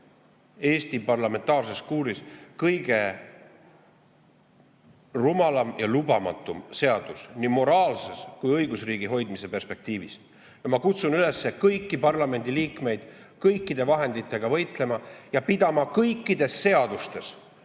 Eesti parlamentaarses kultuuris kõikide aegade kõige rumalam ja lubamatum seadus, nii moraalses kui ka õigusriigi hoidmise perspektiivis. Ma kutsun üles kõiki parlamendiliikmeid kõikide vahenditega võitlema ja pidama kõikides seadustes